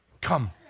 come